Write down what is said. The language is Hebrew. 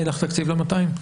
אין לך תקציב ל-200?